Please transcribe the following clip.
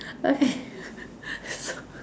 okay